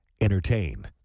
Entertain